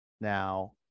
Now